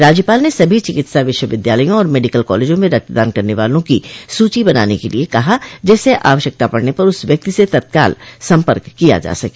राज्यपाल ने सभी चिकित्सा विश्वविद्यालयों और मेडिकल कॉलेजों में रक्तदान करने वालों की सूची बनाने के लिये कहा जिससे आवश्यकता पड़ने पर उस व्यक्ति से तत्काल सम्पर्क किया जा सके